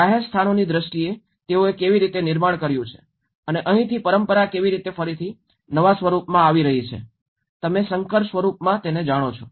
જાહેર સ્થાનોની દ્રષ્ટિએ તેઓએ કેવી રીતે નિર્માણ કર્યું છે અને અહીંથી પરંપરા કેવી રીતે ફરીથી નવા સ્વરૂપમાં આવી રહી છે તમે સંકર સ્વરૂપમાં જાણો છો